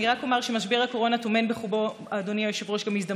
אני רק אומר שמשבר הקורונה טומן בחובו גם הזדמנויות.